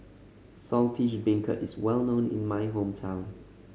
Saltish Beancurd is well known in my hometown